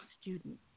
student